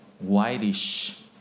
whitish